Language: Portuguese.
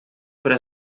para